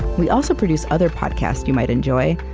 we also produce other podcasts you might enjoy,